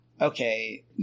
okay